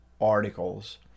articles